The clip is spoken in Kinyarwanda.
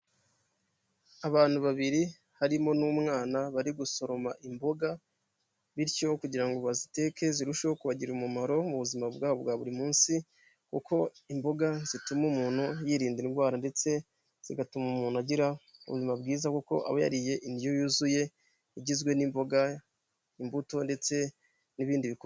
Abantu babiri harimo n'umwana bari gusoroma imboga bityo kugira ngo baziteke zirusheho kubagirira umumaro mu buzima bwabo bwa buri munsi, kuko imboga zituma umuntu yirinda indwara ndetse zigatuma umuntu agira ubuzima bwiza kuko aba yariye indyo yuzuye, igizwe n'imboga, imbuto ndetse n'ibindi.